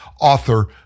author